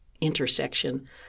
intersection